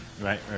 Right